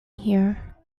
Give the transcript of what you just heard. here